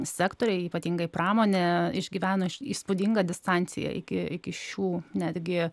sektoriai ypatingai pramonė išgyvena šią įspūdingą distanciją iki šių netgi